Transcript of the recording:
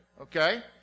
okay